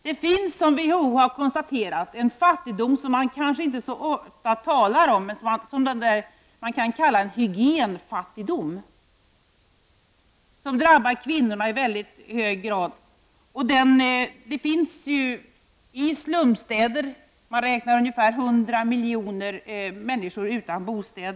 Det finns också, som vi har konstaterat, en fattigdom som man kanske inte talar om så ofta. Jag tänker då på något som man kan kalla hygienfattigdom. Det är kvinnorna som i väldigt hög grad drabbas, och det gäller då slumstäderna. Man räknar med att ungefär 100 miljoner människor är utan bostad.